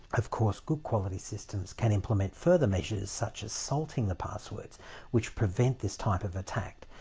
of course good quality systems can implements further measure such as salting the passwords which prevent this type of attack,